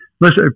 listen